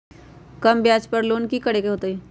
कम ब्याज पर लोन की करे के होतई?